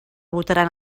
votaran